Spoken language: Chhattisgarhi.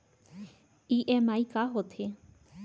ई.एम.आई का होथे?